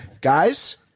guys